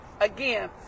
again